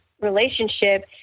relationship